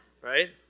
Right